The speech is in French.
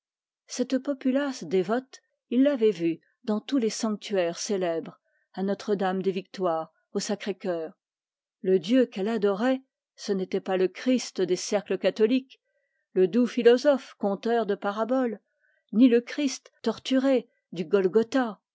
la populace dévote il l'avait vue dans tous les sanctuaires célèbres à notre-dame-des-victoires au sacré-cœur le dieu qu'elle adorait ce n'était pas le christ des cercles catholiques le doux philosophe conteur de paraboles ni le christ torturé du golgotha